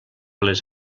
les